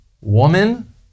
woman